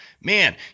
Man